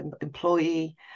employee